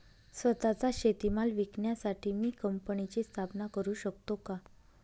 स्वत:चा शेतीमाल विकण्यासाठी मी कंपनीची स्थापना करु शकतो का?